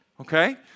okay